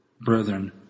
Brethren